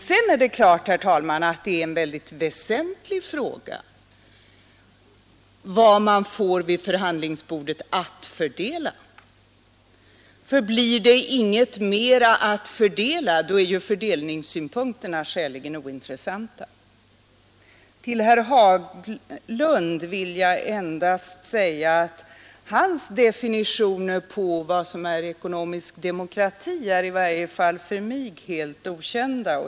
Sedan är det klart, herr talman, att det är en väldigt väsentlig fråga vad man får vid förhandlingsbordet att fördela. Blir det inget mer att fördela är fördelningssynpunkterna skäligen ointressanta. Fill herr Haglund vill jag endast säga att hans definitioner på vad som är ekonomisk demokrati är i varje fall för mig något obekanta.